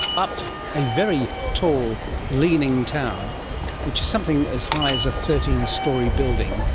up a very tall leaning tower which is something as high as a thirteen storey building,